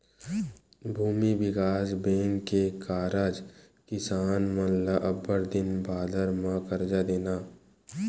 भूमि बिकास बेंक के कारज किसान मन ल अब्बड़ दिन बादर म करजा देना